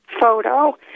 Photo